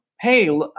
hey